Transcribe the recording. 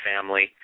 family